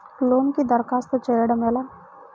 లోనుకి దరఖాస్తు చేయడము ఎలా?